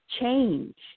change